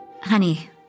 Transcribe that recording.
Honey